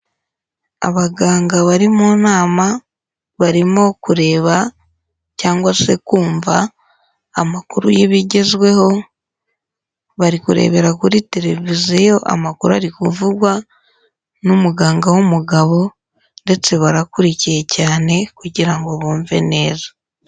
Abaganga bari mu nama barimo kureba cyangwa se kumva amakuru y'ibigezweho, bari kurebera kuri televiziyo amakuru ari kuvugwa n'umuganga w'umugabo ndetse barakurikiye cyane kugira ngo bumve neza.